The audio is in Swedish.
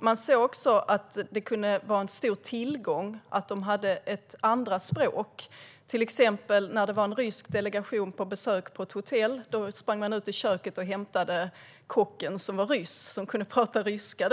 Man såg också att det kunde vara en stor tillgång att de hade ytterligare ett språk. När det till exempel var en rysk delegation på besök på ett hotell sprang man ut i köket och hämtade kocken som var ryss och kunde prata ryska.